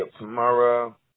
tomorrow